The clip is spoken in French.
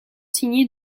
signé